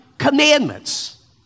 commandments